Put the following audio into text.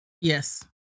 Yes